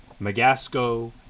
Magasco